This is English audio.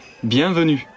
bienvenue